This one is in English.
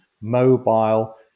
mobile